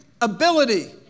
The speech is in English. ability